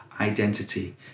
identity